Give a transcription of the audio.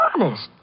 Honest